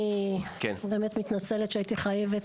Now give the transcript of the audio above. אני באמת מתנצלת שהייתי חייבת,